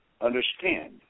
Understand